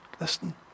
listen